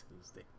Tuesday